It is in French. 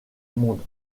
monde